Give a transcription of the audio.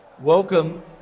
Welcome